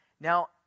Now